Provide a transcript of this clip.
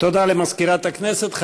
הודעה למזכירת הכנסת.